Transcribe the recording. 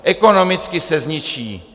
Ekonomicky se zničí.